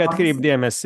atkreipt dėmesį